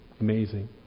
amazing